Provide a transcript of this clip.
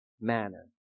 manner